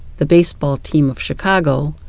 the baseball team of chicago,